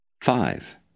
Five